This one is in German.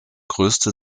größte